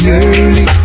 early